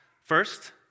First